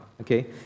okay